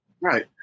right